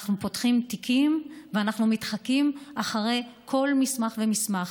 אנחנו פותחים תיקים ואנחנו מתחקים אחרי כל מסמך ומסמך.